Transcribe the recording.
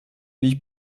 nicht